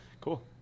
cool